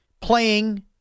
playing